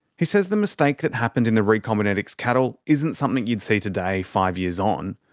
he says the mistake that happened in the recombinetics cattle isn't something you'd see today, five years on,